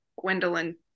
Gwendolyn